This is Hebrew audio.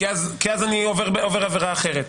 כי אז אני עובר עבירה אחרת.